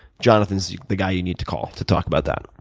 jonathan's the guy you need to call to talk about that.